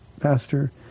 pastor